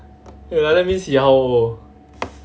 ya that means he how old